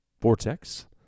Vortex